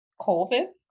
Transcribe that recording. Colvin